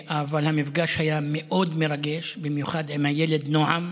המפגש היה מאוד מרגש, במיוחד עם הילד נעם.